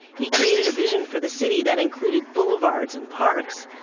he created a vision for the city that included boulevards and parks,